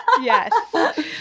Yes